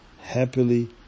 happily